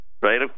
right